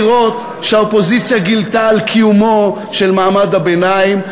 לראות שהאופוזיציה גילתה את קיומו של מעמד הביניים.